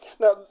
Now